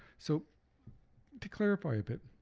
so to clarify a bit